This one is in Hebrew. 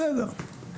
בסדר.